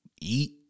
eat